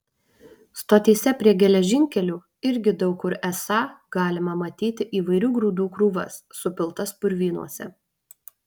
stotyse prie gelžkelių irgi daug kur esą galima matyti įvairių grūdų krūvas supiltas purvynuose